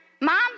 Mom